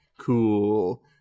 cool